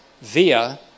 via